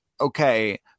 okay